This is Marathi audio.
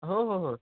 हो हो हो